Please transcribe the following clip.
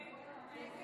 כן.